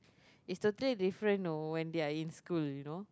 is totally different know when are in school you know